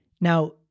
Now